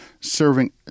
serving